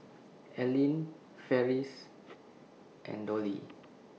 Allene Farris and Dollie